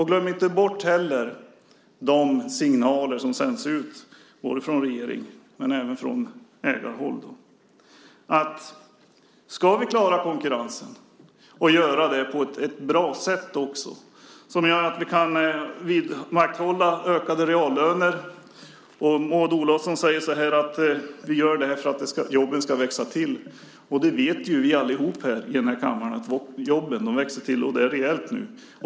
Glöm inte heller bort de signaler som sänds ut både från regeringen och från LO-håll om att klara konkurrensen och göra det på ett bra sätt som gör att vi kan vidmakthålla ökade reallöner. Maud Olofsson säger att vi gör det här för att jobben ska växa till. Vi vet alla i den här kammaren att jobben växer till nu, och det rejält.